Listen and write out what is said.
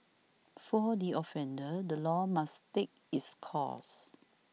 for the offender the law must take its course